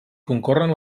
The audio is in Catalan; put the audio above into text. concorren